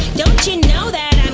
don't you know that